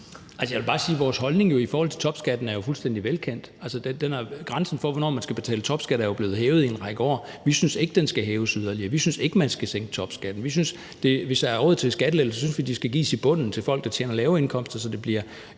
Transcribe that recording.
jeg vil bare sige, at vores holdning til topskatten er fuldstændig velkendt. Grænsen for, hvornår man skal betale topskat, er jo blevet hævet i en række år, og vi synes ikke, den skal hæves yderligere, vi synes ikke, man skal sænke topskatten. Hvis der overhovedet skal gives skattelettelser, synes vi, de skal gives i bunden til folk, der har lave indkomster, så det bliver